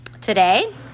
today